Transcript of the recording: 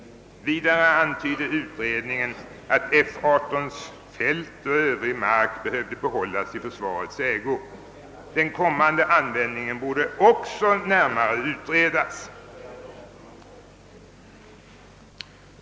Vidare antyder utredningen att F 18:s fält och övrig mark behövde behållas i försvarets ägo. Den kommande användningen borde också närmare utredas.